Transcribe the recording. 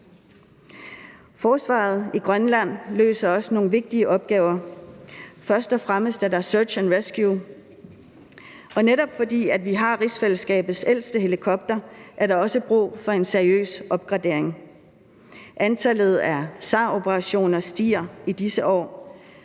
Forsvaret i Grønland løser også nogle vigtige opgaver. Først og fremmest er der Search and Rescue, og netop fordi vi har rigsfællesskabets ældste helikopter, er der også brug for en seriøs opgradering. Antallet af SAR-operationer stiger i disse år,